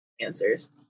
answers